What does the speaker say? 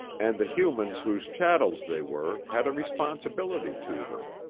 and the humans whose chattels they were had a responsibility to them.